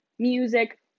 Music